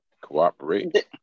Cooperate